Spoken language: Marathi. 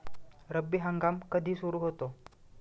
रब्बी हंगाम कधी सुरू होतो?